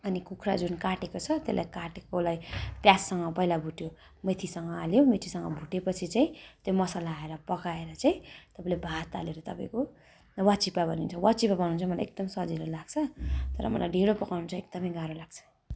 अनि कुखुरा जुन काटेको छ त्यसलाई काटेकोलाई प्याजसँग पहिला भुट्यो मेथीसँग हाल्यो मेथीसँग भुटेपछि चाहिँ त्यो मसला हालेर पकाएर चाहिँ तपाईँले भात हालेर तपाईँको वाचिप्पा बनिन्छ वाचिप्पा बनाउनु चाहिँ मलाई एकदम सजिलो लाग्छ तर मलाई ढिँडो पकाउनु चाहिँ एकदमै गाह्रो लाग्छ